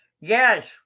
yes